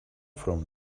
from